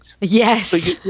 Yes